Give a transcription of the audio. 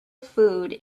food